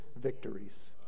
victories